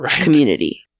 community